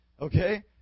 Okay